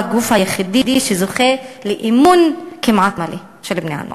הוא הגוף היחידי שזוכה לאמון כמעט מלא של בני-הנוער.